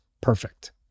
perfect